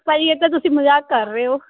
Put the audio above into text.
ਭਾਜੀ ਇਹ ਤਾਂ ਤੁਸੀਂ ਮਜ਼ਾਕ ਕਰ ਰਹੇ ਹੋ